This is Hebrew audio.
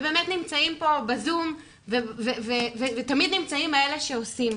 ובאמת נמצאים פה בזום ותמיד נמצאים אלה שעושים.